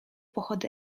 pochody